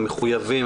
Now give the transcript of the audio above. המחויבים,